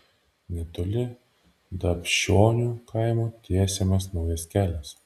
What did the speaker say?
netoli dapšionių kaimo tiesiamas naujas kelias